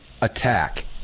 attack